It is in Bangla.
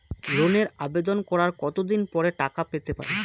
লোনের আবেদন করার কত দিন পরে টাকা পেতে পারি?